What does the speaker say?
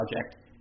project